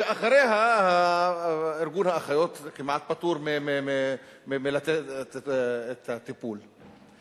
שאחריה ארגון האחיות כמעט פטור מלתת את הטיפול.